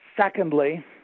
Secondly